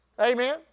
Amen